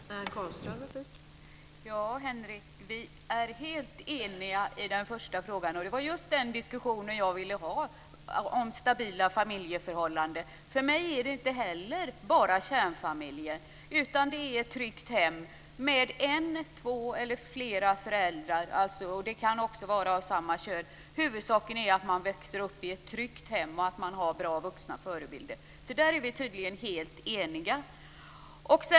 Fru talman! Vi är helt eniga i den första frågan, Henrik. Det var just den diskussionen jag ville ha om stabila familjeförhållanden. Inte heller för mig är det bara kärnfamiljen, utan det är ett tryggt hem med en, två eller flera föräldrar. De kan också vara av samma kön. Huvudsaken är att barnen växer upp i ett tryggt hem och att de har goda vuxna förebilder. Där är vi tydligen helt eniga.